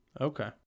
Okay